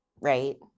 right